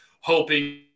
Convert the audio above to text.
hoping